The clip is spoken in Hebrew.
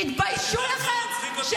תתביישו לכם,